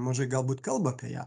mažai galbūt kalba apie ją